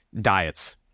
diets